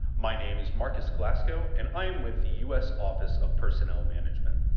my name is marcus glasgow and i am with the u s. office of personnel management.